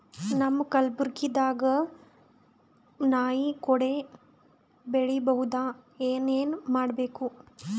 ನಮ್ಮ ಕಲಬುರ್ಗಿ ದಾಗ ನಾಯಿ ಕೊಡೆ ಬೆಳಿ ಬಹುದಾ, ಏನ ಏನ್ ಮಾಡಬೇಕು?